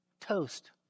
Toast